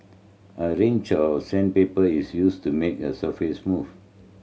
a range of sandpaper is used to make the surface smooth